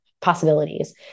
possibilities